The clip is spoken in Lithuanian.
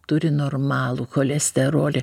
turi normalų cholesterolį